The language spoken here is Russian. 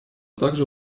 также